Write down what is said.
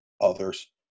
others